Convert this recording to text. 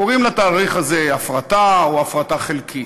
קוראים לתהליך הזה "הפרטה", או "הפרטה חלקית".